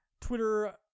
Twitter